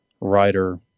writer